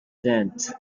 tent